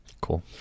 Cool